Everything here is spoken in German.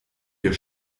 wir